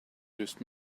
löst